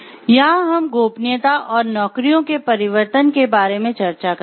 यहां हम गोपनीयता और नौकरियों के परिवर्तन के बारे में चर्चा करेंगे